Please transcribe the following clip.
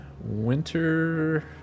Winter